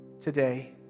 today